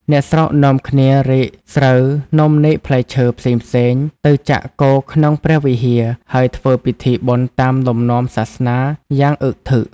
អ្នកស្រុក នាំគ្នារែកស្រូវនំនែកផ្លែឈើ ផ្សេងៗ ទៅចាក់គរក្នុងព្រះវិហារ ហើយធ្វើពិធីបុណ្យតាមលំនាំសាសនា យ៉ាងអ៊ឹកធឹក ។